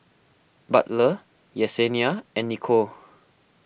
Butler Yesenia and Nichole